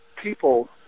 People